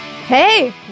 Hey